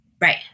Right